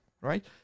right